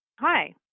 Hi